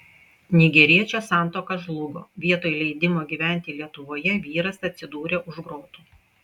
nigeriečio santuoka žlugo vietoj leidimo gyventi lietuvoje vyras atsidūrė už grotų